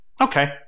Okay